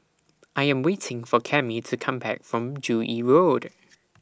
I Am waiting For Cammie to Come Back from Joo Yee Road